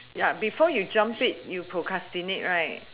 ya before you jump said you procrastinate right